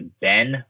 Ben